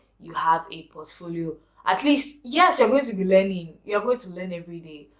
you have a portfolio. at least. yes, you're going to be learning you're going to learn every day,